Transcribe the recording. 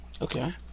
Okay